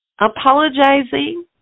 Apologizing